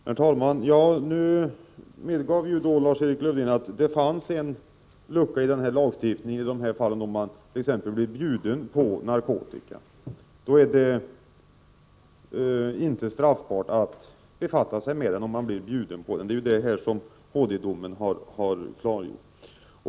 Herr talman! Nu medgav Lars-Erik Lövdén att det finns en lucka i lagstiftningen för det fall man t.ex. blir bjuden på narkotika. Om man blir bjuden på den är det inte straffbart att befatta sig med den — det är ju det som HD-domen har klargjort.